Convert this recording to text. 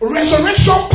Resurrection